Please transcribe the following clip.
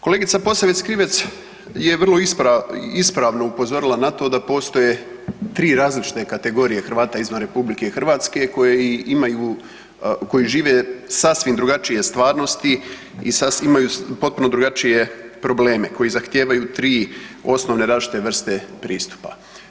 Kolegica Posavec Krivec je vrlo ispravno upozorila na to da postoje 3 različite kategorije Hrvata izvan RH koje i imaju, koji žive sasvim drugačije stvarnosti i imaju potpuno drugačije probleme koji zahtijevaju 3 osnovne različite vrste pristupa.